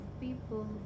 people